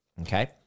Okay